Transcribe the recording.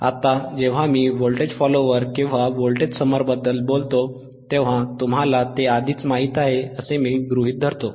आता जेव्हा मी व्होल्टेज फॉलोअर व्होल्टेज समर बद्दल बोलतो तेव्हा तुम्हाला ते आधीच माहित आहे मी असे गृहीत धरतो